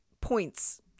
points